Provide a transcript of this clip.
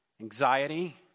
anxiety